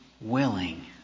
willing